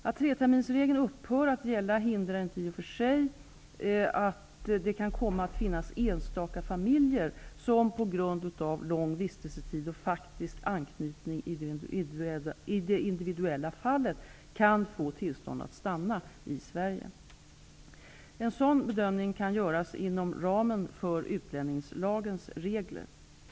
Att treterminersregeln upphör att gälla hindrar i och för sig inte att det kan komma att finnas enstaka familjer som på grund av lång vistelsetid och faktisk anknytning i det individuella fallet kan få tillstånd att stanna i Sverige. En sådan bedömning kan göras inom ramen för utlänningslagens regler.